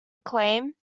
acclaim